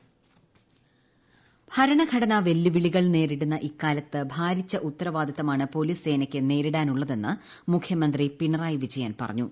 മുഖ്യമന്തി ഭരണഘടന വെല്ലുവിളികൾ നേരിടുന്ന ഇക്കാലത്ത് ഭാരിച്ച ഉത്തരവാദിത്തമാണ് പോലീസ് സേനയ്ക്ക് നേരിടാനുള്ളതെന്ന് മുഖ്യമന്ത്രി പിണറായി വിജയൻ പറഞ്ഞു